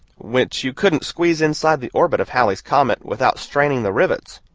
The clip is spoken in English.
which you couldn't squeeze inside the orbit of halley's comet without straining the rivets.